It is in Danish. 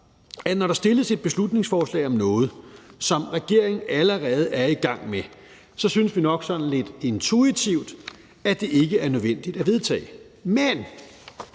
at når der bliver fremsat et beslutningsforslag om noget, som regeringen allerede er i gang med, så synes vi nok sådan lidt intuitivt, at det ikke er nødvendigt at vedtage. Men